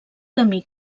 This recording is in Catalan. camí